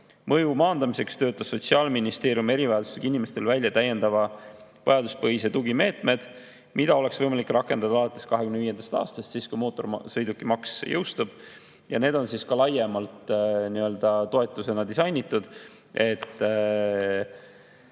Mõju maandamiseks töötas Sotsiaalministeerium erivajadustega inimestele välja täiendavad vajaduspõhised tugimeetmed, mida oleks võimalik rakendada alates 2025. aastast, kui mootorsõidukimaks jõustub. Need on ka laiemalt toetusena disainitud.